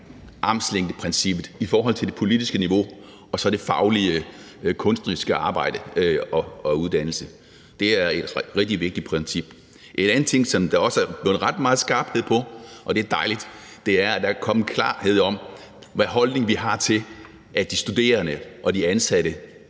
armslængdeprincippet i forhold til det politiske niveau og så det faglige, kunstneriske arbejde og uddannelse. Det er et rigtig vigtigt princip. En anden ting, som der også er blevet stillet ret meget skarphed på, og det er dejligt, er, at der er kommet klarhed over, hvilken holdning vi har til, at de studerende og de ansatte